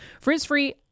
Frizz-free